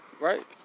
Right